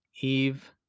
Eve